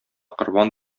корбан